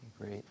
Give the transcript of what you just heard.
Great